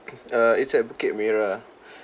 err it's at bukit merah